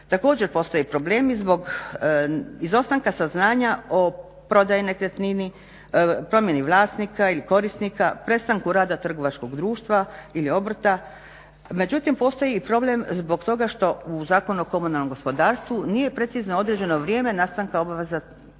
također postoje problemi zbog izostanka saznanja o prodaji nekretnine, promjeni vlasnika ili korisnika, prestanku rada trgovačkog društva ili obrta, međutim postoji i problem zbog toga što u Zakonu o komunalnom gospodarstvu nije precizno određeno vrijeme nastanka obveza plaćanja